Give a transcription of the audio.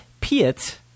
Piet